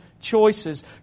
choices